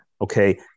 okay